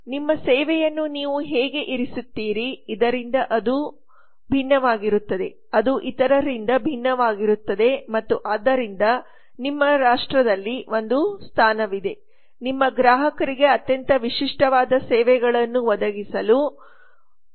ನಿಮ್ಮ ಸೇವೆಯನ್ನು ನೀವು ಹೇಗೆ ಇರಿಸುತ್ತೀರಿ ಇದರಿಂದ ಅದು ವಿಭಿನ್ನವಾಗಿರುತ್ತದೆ ಅದು ಇತರರಿಂದ ಭಿನ್ನವಾಗಿರುತ್ತದೆ ಮತ್ತು ಆದ್ದರಿಂದ ನಿಮಗೆ ರಾಷ್ಟ್ರದಲ್ಲಿ ಒಂದು ಸ್ಥಾನವಿದೆ ನಿಮ್ಮಗ್ರಾಹಕರಿಗೆಅತ್ಯಂತ ವಿಶಿಷ್ಟವಾದ ಸೇವೆಗಳನ್ನು ಒದಗಿಸಲು ದೇಶದಲ್ಲಿ ಸ್ಥಾನವಿದೆ